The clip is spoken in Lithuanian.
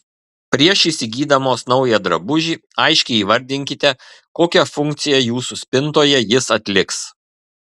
prieš įsigydamos naują drabužį aiškiai įvardinkite kokią funkciją jūsų spintoje jis atliks